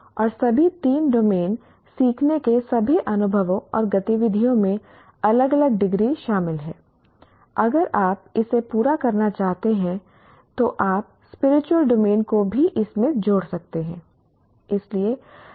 और सभी तीन डोमेन सीखने के सभी अनुभवों और गतिविधियों में अलग अलग डिग्री शामिल हैं अगर आप इसे पूरा करना चाहते हैं तो आप स्पिरिचुअल डोमेन को भी इसमें जोड़ सकते हैं